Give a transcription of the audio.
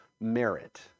Merit